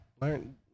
Learn